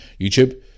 YouTube